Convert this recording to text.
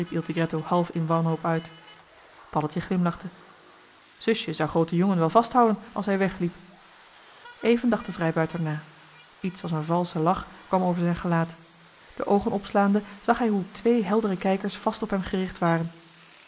half in wanhoop uit paddeltje glimlachte zusje zou groote jongen wel vasthouden als hij wegliep even dacht de vrijbuiter na iets als een valsche lach kwam over zijn gelaat de oogen opslaande zag hij hoe twee heldere kijkers vast op hem gericht waren